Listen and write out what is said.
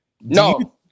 No